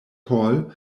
hall